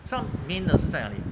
some main 的是在哪里